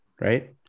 right